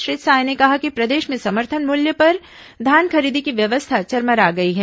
श्री साय ने कहा कि प्रदेश में समर्थन मूल्य पर धान खरीदी की व्यवस्था चरमरा गई है